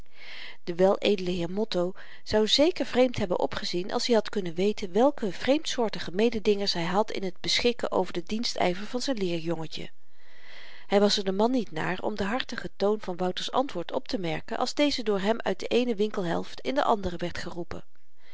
de weledele heer motto zou zeker vreemd hebben opgezien als i had kunnen weten welke vreemdsoortige mededingers hy had in het beschikken over den dienstyver van z'n leerjongetje hy was er de man niet naar om den hartigen toon van wouter's antwoord optemerken als deze door hem uit de eene winkelhelft in de andere werd geroepen